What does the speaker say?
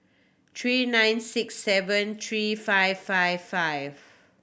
three nine six seven three five five five